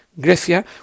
Grecia